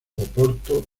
oporto